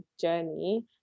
journey